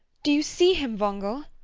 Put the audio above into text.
do you see him, wangel?